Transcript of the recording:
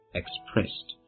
expressed